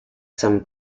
some